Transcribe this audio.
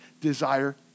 desire